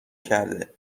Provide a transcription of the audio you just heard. کرده